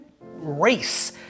race